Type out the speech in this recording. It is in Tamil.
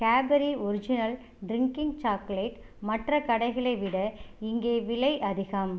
கேட்பரி ஒரிஜினல் ட்ரின்கிங் சாக்லேட் மற்ற கடைகளை விட இங்கே விலை அதிகம்